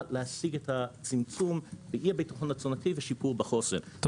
להשיג את הצמצום ואי הביטחון התזונתי ושיפור בחוסן,